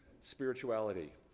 spirituality